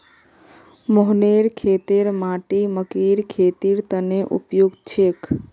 मोहनेर खेतेर माटी मकइर खेतीर तने उपयुक्त छेक